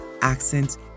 accent